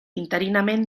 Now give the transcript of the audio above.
interinament